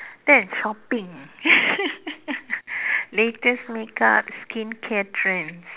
that is shopping ah latest makeup skincare trend